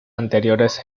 anteriores